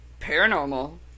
paranormal